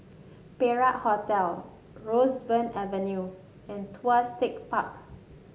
Perak Hotel Roseburn Avenue and Tuas Tech Park